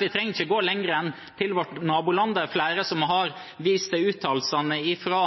Vi trenger ikke gå lenger enn til vårt naboland. Det er flere som har vist til uttalelsene fra